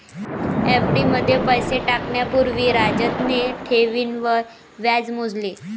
FD मध्ये पैसे टाकण्या पूर्वी राजतने ठेवींवर व्याज मोजले